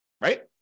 Right